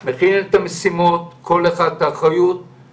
של אנשים תלויים באיכות מנהיג כזה או אחר, מקומי.